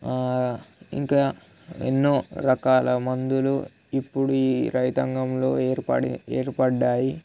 ఇంకా ఎన్నో రకాల మందులు ఇప్పుడు ఈ రైతాంగంలో ఏర్పడి ఏర్పడ్డాయి